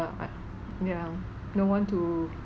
ya no one to